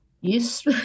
Yes